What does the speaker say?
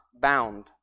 bound